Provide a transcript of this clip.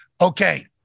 okay